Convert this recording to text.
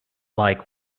like